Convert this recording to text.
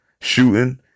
shooting